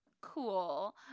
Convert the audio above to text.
cool